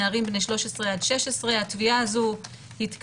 נערים בני 13 עד 16. התביעה הזו התקבלה,